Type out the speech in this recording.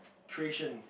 creation